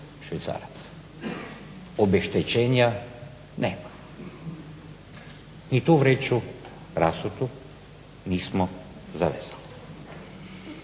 švicarac. Obeštećenja nema, ni tu vreću rasutu nismo zavezali.